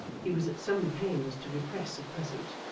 he was at some pains to repress at present.